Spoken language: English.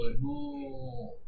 no